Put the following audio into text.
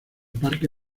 parque